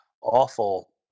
awful